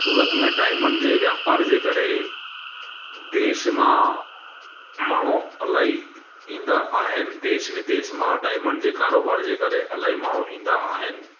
सूरत में डायमंड जे वापार जे करे देश मां माण्हू इलाही ईंदा आहिनि देश विदेश मां डायमंड जे कारोबार जे करे इलाही माण्हू ईंदा आहिनि